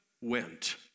went